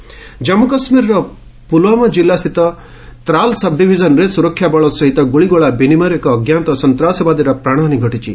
JK gunfight Jammu Kashmir Pulwama କିଲ୍ଲାସ୍ଥିତ ତ୍ରାଲ୍ ସବ୍ଡିଭିଜନ୍ରେ ସୁରକ୍ଷା ବଳ ସହିତ ଗୁଳିଗୋଳା ବିନିମୟରେ ଏକ ଅଞ୍ଜାତ ସନ୍ତାସବାଦୀର ପ୍ରାଣହାନୀ ଘଟିଛି